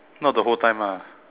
not the whole time ah